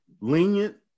lenient